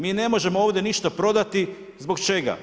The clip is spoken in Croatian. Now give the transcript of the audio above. Mi ne možemo ovdje ništa prodati, zbog čega?